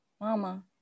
Mama